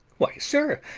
why, sir,